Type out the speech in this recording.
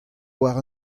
war